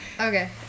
Okay